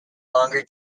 longer